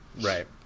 right